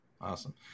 Awesome